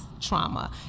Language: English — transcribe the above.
trauma